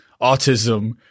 autism